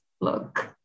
look